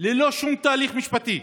ללא שום תהליך משפטי,